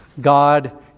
God